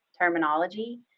terminology